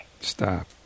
Stop